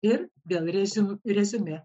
ir vėl reziumė reziumė